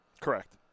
Correct